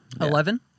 Eleven